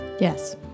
yes